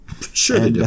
Sure